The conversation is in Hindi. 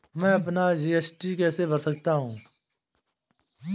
मैं अपना जी.एस.टी कैसे भर सकता हूँ?